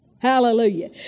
Hallelujah